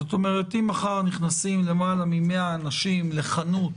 זאת אומרת, אם מחר נכנסים למעלה מ-100 אנשים לחנות